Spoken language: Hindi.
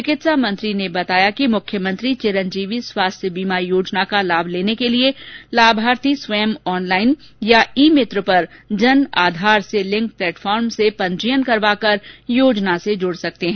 चिकित्सा मंत्री ने बताया कि मुख्यमंत्री चिरंजीयी स्वास्थ्य बीमा योजना का लाभ लेने के लिये लाभार्थी स्वयं ऑनलाइन अथवा ई मित्र पर जनआधार से लिंक प्लेटफॉर्म से पंजीयन करवाकर योजना से जुड सकते है